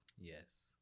Yes